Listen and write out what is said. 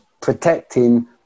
protecting